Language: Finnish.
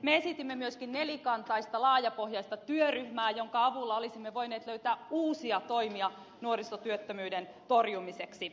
me esitimme myöskin nelikantaista laajapohjaista työryhmää jonka avulla olisimme voineet löytää uusia toimia nuorisotyöttömyyden torjumiseksi